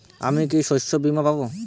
আমি কি শষ্যবীমা পাব?